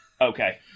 Okay